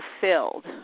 fulfilled